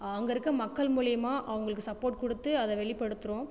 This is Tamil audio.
அங்கே இருக்க மக்கள் மூலிமா அவங்களுக்கு சப்போர்ட் கொடுத்து அதை வெளிப்படுத்துகிறோம்